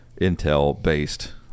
Intel-based